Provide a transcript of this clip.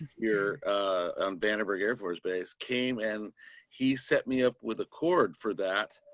your vandenberg air force base came and he set me up with a cord for that.